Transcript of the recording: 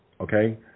okay